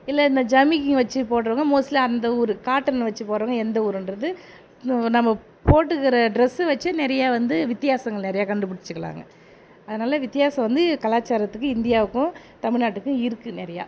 இல்லை இந்த ஜமிக்கி வச்சு போட்டுறவுங்க மோஸ்ட்லி அந்த ஊர் காட்டன் வச்சு போட்டுறவுங்க எந்த ஊருன்றது நம்ம போட்டுக்கிற ட்ரெஸ்ஸை வச்சே நிறைய வந்து வித்தியாசங்கள் நிறைய கண்டுபிடிச்சிக்கலாங்க அதனால் வித்தியாசம் வந்து கலாச்சாரத்துக்கு இந்தியாவுக்கும் தமிழ்நாட்டுக்கும் இருக்குது நிறையா